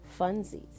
funsies